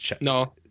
No